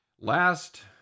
Last